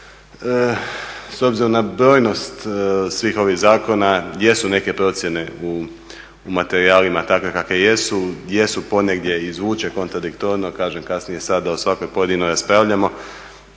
s obzirom na brojnost svih ovih zakona jesu neke procjene u materijalima takve kakve jesu, jesu ponegdje i zvuče kontradiktorno. Kažem kasnije sada o svakoj pojedinoj raspravljamo,